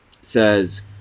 says